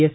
S